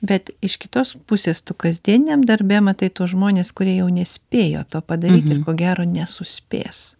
bet iš kitos pusės tu kasdieniniam darbe matai tuos žmones kurie jau nespėjo to padaryti ir ko gero nesuspės